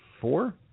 four